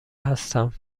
هستم